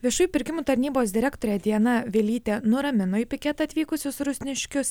viešųjų pirkimų tarnybos direktorė diana vilytė nuramino į piketą atvykusius rusniškius